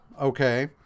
okay